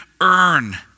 earn